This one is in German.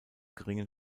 geringen